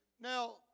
Now